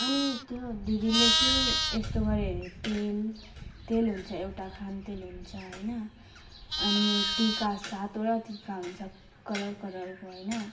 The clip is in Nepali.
अनि त्यो दिदीले चाहिँ यस्तो गर्यो अरे तेल तेल हुन्छ एउटा खाने तेल हुन्छ होइन अनि टिका सातवटा टिका हुन्छ कलर कलरको होइन